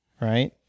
right